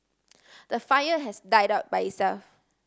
the fire has died out by itself